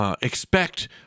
expect